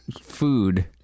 food